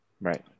Right